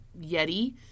Yeti